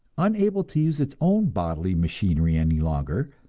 unable to use its own bodily machinery any longer,